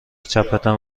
چپتان